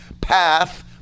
path